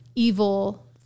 evil